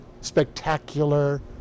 spectacular